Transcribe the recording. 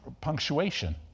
punctuation